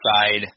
side